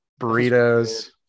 burritos